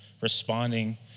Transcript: responding